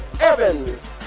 Evans